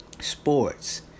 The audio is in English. Sports